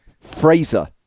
Fraser